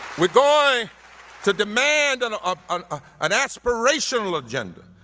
we're going to demand and um an ah an aspirational agenda.